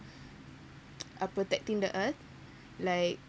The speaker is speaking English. uh protecting the earth like